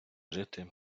жити